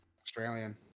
Australian